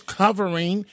covering